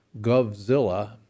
Govzilla